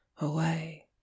away